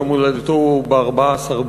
יום הולדתו הוא ב-14 במרס.